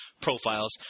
profiles